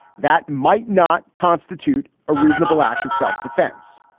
that might not constitute a reasonable act of self-defense.